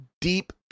deep